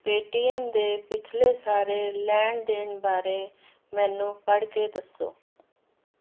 Paytm ਦੇ ਪਿਛਲੇ ਸਾਰੇ ਲੈਣ ਦੇਣ ਬਾਰੇ ਮੈਨੂੰ ਪੜ੍ਹ ਕੇ ਦੱਸੋ